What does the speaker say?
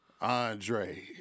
Andre